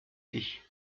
ich